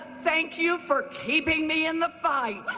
thank you for keeping me in the fight.